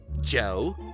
Joe